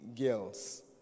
girls